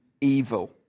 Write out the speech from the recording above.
evil